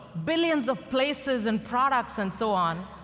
billions of places and products and so on,